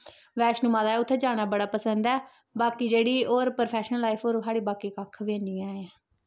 बैष्णों माता ऐ उत्थें जानां बड़ा पसंद ऐ होर बाकी साढ़ी प्रफैशनल लाईफ होर कक्ख बी नी ऐ